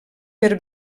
per